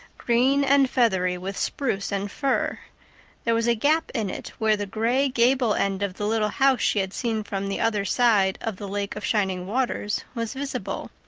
green and feathery with spruce and fir there was a gap in it where the gray gable end of the little house she had seen from the other side of the lake of shining waters was visible.